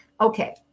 Okay